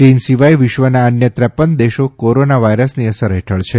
ચીન સિવાય વિશ્વના અન્ય ત્રેપન દેશો કોરોના વાઈરસની અસર હેઠળ છે